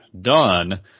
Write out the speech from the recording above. done